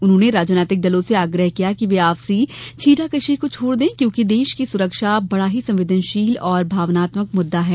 उन्होंने राजनीतिक दलों से आग्रह किया कि वे आपसी छींटाकशी को छोड़ दें क्योंकि देश की सुरक्षा बड़ा ही संवेदनशील और भावनात्मक मुद्दा है